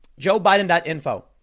JoeBiden.info